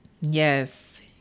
Yes